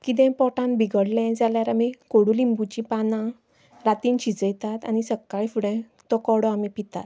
किदेंय पोटान बिगडलें जाल्यार आमी कोडलिंबूची पानां रातीन शिजयतात आनी सक्काळ फुडें कोडो पितात